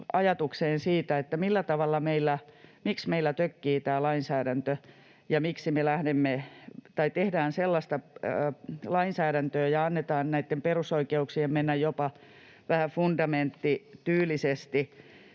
ajatukseen siitä, miksi meillä tökkii tämä lainsäädäntö ja miksi tehdään sellaista lainsäädäntöä ja annetaan näitten perusoikeuksien mennä ohi jopa vähän fundamenttityylisesti.